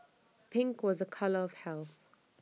pink was A colour of health